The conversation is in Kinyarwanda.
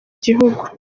gihugu